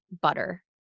butter